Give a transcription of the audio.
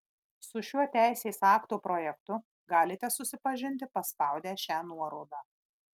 su šiuo teisės akto projektu galite susipažinti paspaudę šią nuorodą